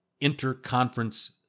inter-conference